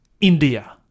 India